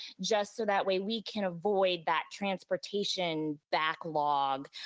just so that way, we can avoid that transportation backlog